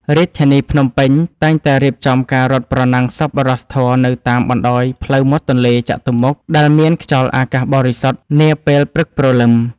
រាជធានីភ្នំពេញ តែងតែរៀបចំការរត់ប្រណាំងសប្បុរសធម៌នៅតាមបណ្ដោយផ្លូវមាត់ទន្លេចតុមុខ ដែលមានខ្យល់អាកាសបរិសុទ្ធនាពេលព្រឹកព្រលឹម។